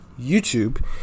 YouTube